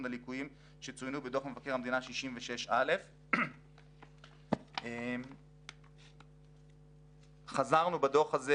הליקויים שצוינו בדוח מבקר המדינה 66א. חזרנו בדוח הזה